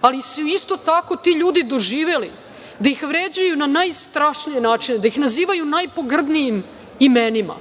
Ali, isto tako, ti ljudi su doživeli da ih vređaju na najstrašnije načine, da ih nazivaju najpogrdnijim imenima,